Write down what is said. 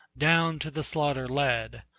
down to the slaughter led,